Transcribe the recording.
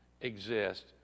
exist